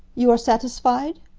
you are satisfied.